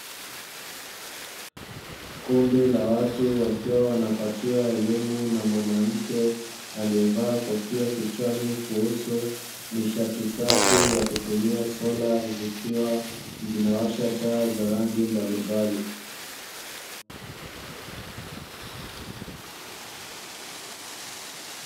Kundi la watu wakiwa wanapatiwa elimu na mwanamke aliyevaa kofia kichwani kuhusu nishati safi ya kutumia sola, zikiwa zinawasha taa za rangi mbalimbali.